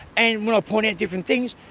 and when i point out different things,